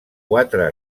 quatre